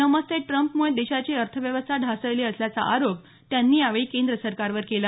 नमस्ते ट्रप मुळे देशाची अर्थव्यवस्था ढासळली असल्याचा आरोप त्यांनी यावेळी केंद्र सरकावर केला